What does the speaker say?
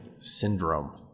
syndrome